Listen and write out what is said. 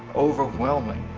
overwhelming.